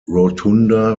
rotunda